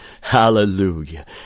Hallelujah